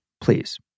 please